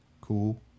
cool